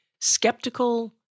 skeptical